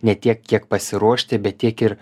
ne tiek kiek pasiruošti bet tiek ir